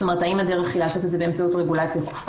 האם הדרך היא לעשות את זה באמצעות רגולציה ---,